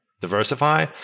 diversify